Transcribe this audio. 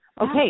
Okay